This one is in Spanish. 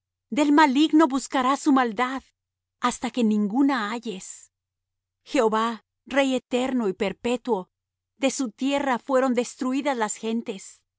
del maligno buscarás su maldad hasta que ninguna halles jehová rey eterno y perpetuo de su tierra fueron destruídas las gentes